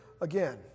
again